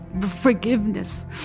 forgiveness